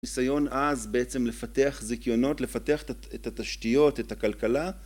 ניסיון אז בעצם לפתח זכיונות, לפתח את התשתיות, את הכלכלה.